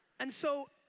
and so,